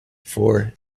for